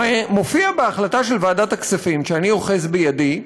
מופיעות בהחלטה של ועדת הכספים שאני אוחז בידי,